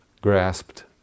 grasped